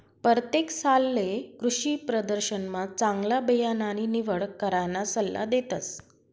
परतेक सालले कृषीप्रदर्शनमा चांगला बियाणानी निवड कराना सल्ला देतस